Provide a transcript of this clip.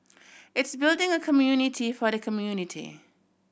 it's building a community for the community